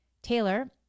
Taylor